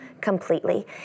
completely